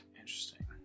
Interesting